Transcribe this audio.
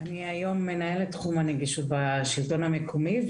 אני היום מנהלת תחום הנגישות בשלטון המקומי,